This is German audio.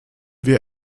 wir